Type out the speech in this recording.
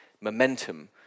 momentum